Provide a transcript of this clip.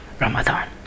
Ramadan